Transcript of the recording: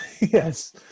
yes